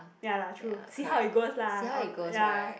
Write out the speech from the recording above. ya lah true see how it goes lah ya